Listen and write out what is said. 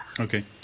Okay